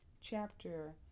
chapter